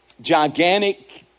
gigantic